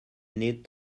need